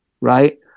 right